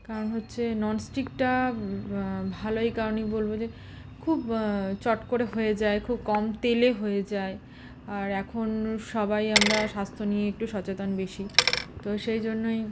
কারণ হচ্ছে ননস্টিকটা ভালো এই কারণেই বলবো যে খুব চট করে হয়ে যায় খুব কম তেলে হয়ে যায় আর এখন সবাই আমরা স্বাস্থ্য নিয়ে একটু সচেতন বেশি তো সেই জন্যই